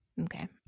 Okay